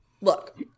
Look